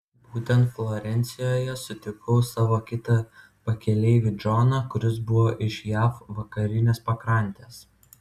būtent florencijoje sutikau savo kitą pakeleivį džoną kuris buvo iš jav vakarinės pakrantės